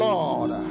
Lord